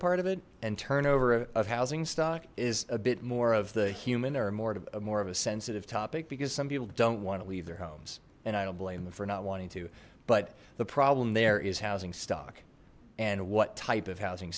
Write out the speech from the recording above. part of it and turnover of housing stock is a bit more of the human or more to more of a sensitive topic because some people don't want to leave their homes and i don't blame them for not wanting to but the problem there is housing stock and what type of housing